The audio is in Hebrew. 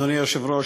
אדוני היושב-ראש,